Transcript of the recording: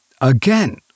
Again